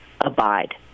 abide